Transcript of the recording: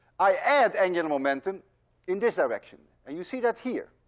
i add angular momentum in this direction and you see that here.